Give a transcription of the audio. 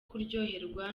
kuryoherwa